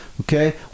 Okay